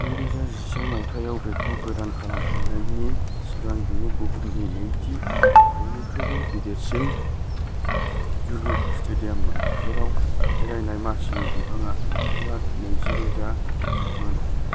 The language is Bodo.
नैरोजा जिसे माइथायाव बेखौ गोदान खालामफिननायनि सिगां बियो बुहुमनि नैथि बयनिख्रुयबो गिदिरसिन जोलुर स्टेडियममोन जेराव जिरायनाय मासिनि बिबाङा से लाख नैजिरोजा मोन